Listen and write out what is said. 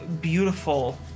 beautiful